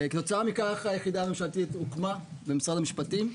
כתוצאה מכך היחידה הממשלתית הוקמה במשרד המשפטים.